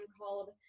called